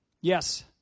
Yes